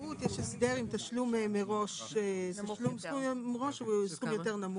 שבחקלאות יש הסדר עם תשלום מראש שהוא נמוך יותר,